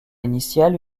initiale